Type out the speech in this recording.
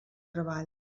treball